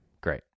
great